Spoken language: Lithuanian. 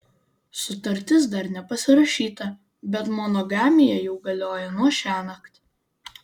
sutartis dar nepasirašyta bet monogamija jau galioja nuo šiąnakt